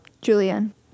Julian